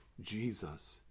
Jesus